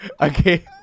Okay